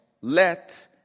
let